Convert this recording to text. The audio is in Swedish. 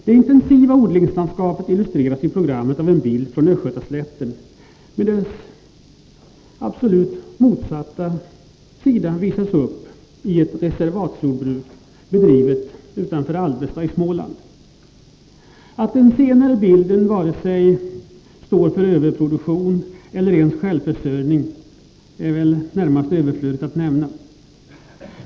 Det intensiva odlingslandskapet illustreras i programmet av en bild från Östgötaslätten, medan dess absoluta motsats visas upp i ett reservatjordbruk bedrivet utanför Alvesta i Småland. Att det senare inte vare sig överproducerar eller ens ger självförsörjning är väl överflödigt att nämna.